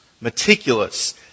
meticulous